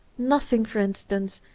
nothing, for instance,